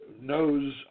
knows